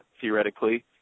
theoretically